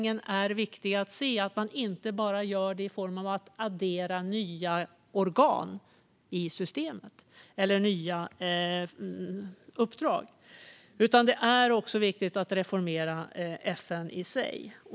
Det är viktigt att den reformeringen inte sker genom att man bara adderar nya organ eller uppdrag i systemet, utan man måste också reformera FN i sig.